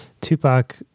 Tupac